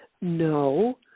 No